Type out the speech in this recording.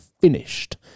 finished